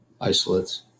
isolates